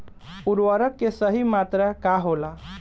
उर्वरक के सही मात्रा का होला?